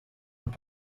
und